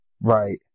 Right